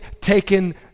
taken